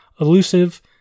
Elusive